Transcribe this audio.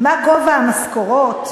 מה גובה המשכורות,